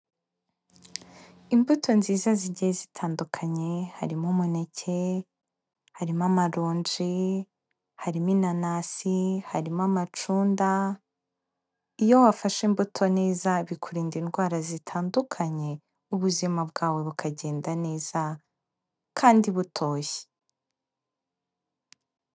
Imbuto nziza zigiye zitandukanye harimo umuneke, harimo amaronji, harimo inanasi, harimo amacunda, iyo wafashe imbuto neza bikurinda indwara zitandukanye ubuzima bwawe bukagenda neza kandi butoshye.